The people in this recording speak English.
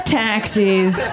taxis